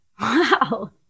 Wow